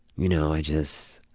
you know, i just.